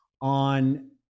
on